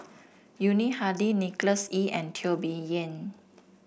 Yuni Hadi Nicholas Ee and Teo Bee Yen